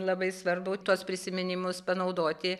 labai svarbu tuos prisiminimus panaudoti